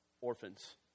orphans